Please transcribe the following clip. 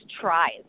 tries